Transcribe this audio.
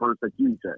persecution